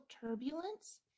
turbulence